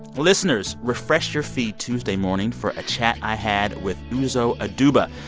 listeners, refresh your feed tuesday morning for a chat i had with uzo aduba.